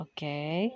Okay